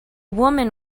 woman